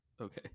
Okay